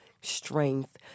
strength